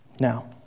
Now